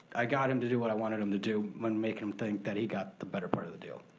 i got him to do what i wanted him to do, when making him think that he got the better part of the deal.